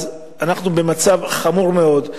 אז אנחנו במצב חמור מאוד.